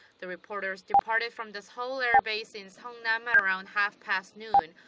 the reporters departed from the seoul air base in seongnam at around half past noon,